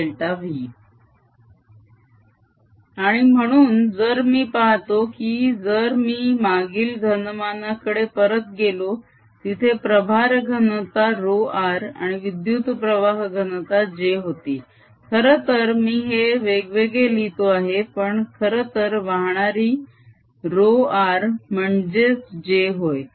j आणि म्हणून जर मी पाहतो की जर मी मागील घनमानाकडे परत गेलो जिथे प्रभार घनता ρ r आणि विद्युत प्रवाह घनता j होती खरंतर मी हे वेगवेगळे लिहितो आहे पण खरंतर वाहणारी ρ r म्हणजेच j होय